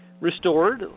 restored